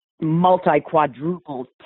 multi-quadrupled